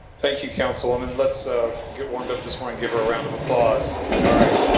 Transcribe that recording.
thank you, councilwoman. let's so get warmed up this morning, give her a round of applause. all right.